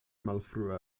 malfrue